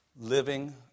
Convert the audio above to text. Living